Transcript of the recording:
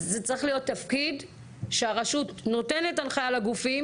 זה צריך להיות תפקיד שהרשות נותנת הנחיה לגופים,